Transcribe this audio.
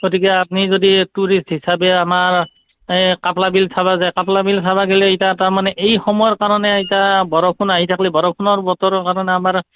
গতিকে আপুনি যদি টুৰিষ্ট হিচাপে আমাৰ এই কাপলা বিল চাব যায় কাপলা বিল চাব গ'লে এতিয়া তাৰমানে এই সময়ৰ কাৰণে এতিয়া বৰষুণ আহি থাকিলে বৰষুণৰ বতৰৰ কাৰণে আমাৰ